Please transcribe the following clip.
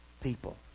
people